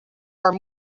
are